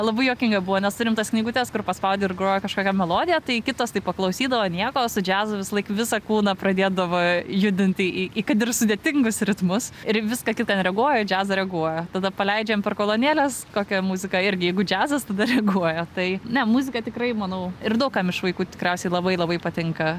labai juokinga buvo nes turim tas knygutes kur paspaudi ir groja kažkokią melodiją tai kitas taip paklausydavo nieko o su džiazu visąlaik visą kūną pradėdavo judinti į į kad ir sudėtingus ritmus ir į viską kitą nereaguoja į džiazą reaguoja tada paleidžiam per kolonėles kokią muzika irgi jeigu džiazas tada reaguoja tai ne muzika tikrai manau ir daug kam iš vaikų tikriausiai labai labai patinka